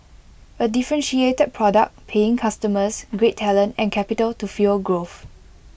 A differentiated product paying customers great talent and capital to fuel growth